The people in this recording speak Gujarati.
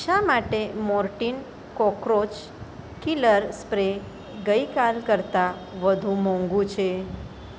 શા માટે મોર્ટિન કોક્રોચ કિલર સ્પ્રે ગઈકાલ કરતાં વધુ મોંઘુ છે